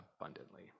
abundantly